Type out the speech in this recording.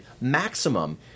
maximum